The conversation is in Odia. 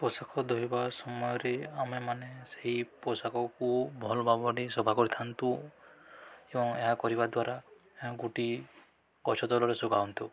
ପୋଷାକ ଧୋଇବା ସମୟରେ ଆମେମାନେ ସେହି ପୋଷାକକୁ ଭଲ ଭାବରେ ସଫା କରିଥାନ୍ତୁ ଏବଂ ଏହା କରିବା ଦ୍ୱାରା ଏହା ଗୋଟିଏ ଗଛ ତଳରେ ସୁଖାନ୍ତୁ